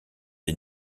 des